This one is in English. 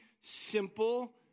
simple